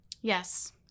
Yes